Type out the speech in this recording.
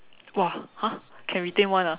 !wow! !huh! can retain [one] ah